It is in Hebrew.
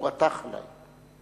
הוא רתח עלי.